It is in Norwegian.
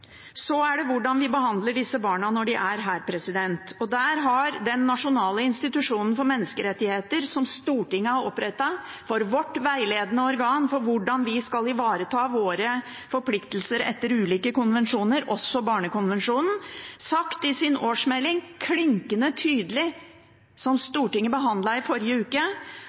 Så er det hvordan vi behandler disse barna når de er her. Der har Norges nasjonale institusjon for menneskerettigheter, som Stortinget har opprettet, vårt veiledende organ for hvordan vi skal ivareta våre forpliktelser etter ulike konvensjoner, også barnekonvensjonen, sagt i sin årsmelding, som Stortinget behandlet i forrige uke,